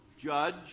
judge